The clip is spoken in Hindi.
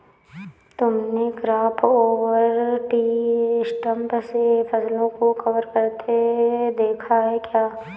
तुमने क्रॉप ओवर ट्री सिस्टम से फसलों को कवर करते देखा है क्या?